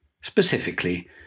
specifically